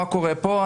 מה קורה פה?